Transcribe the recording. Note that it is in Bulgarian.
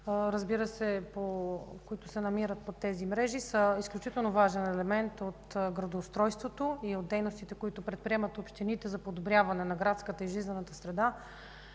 разбира се, които се намират под тези мрежи, са изключително важен елемент от градоустройството и от дейностите, които предприемат общините за подобряване на градската и жизнена среда,